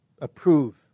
approve